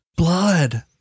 Blood